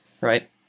right